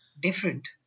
different